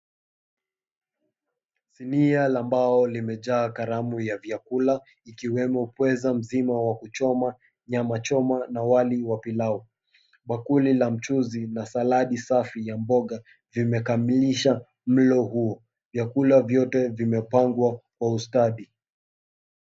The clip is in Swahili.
Sinia la mbao limejaa karamu ya vyakula, ikiwemo pweza mzima wa kuchoma, nyama choma na wali wa pilau. Bakuli la mchuzi na saladi safi ya mboga vimekamilisha mlo huo. Vyakula vyote vimepangwa kwa ustadi.